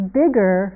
bigger